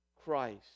Christ